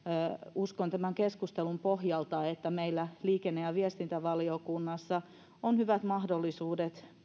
uskon tämän keskustelun pohjalta että meillä liikenne ja viestintävaliokunnassa on hyvät mahdollisuudet